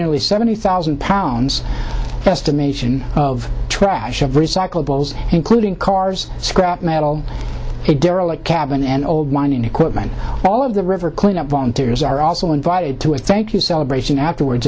nearly seventy thousand pounds estimation of trash of recyclables including cars scrap metal a derelict cabin and old wine and equipment all of the river cleanup volunteers are also invited to a thank you celebration afterwards